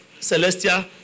Celestia